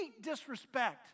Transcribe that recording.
disrespect